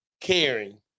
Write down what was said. caring